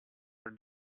her